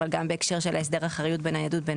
אבל גם בהקשר של הסדר אחריות בניידות בין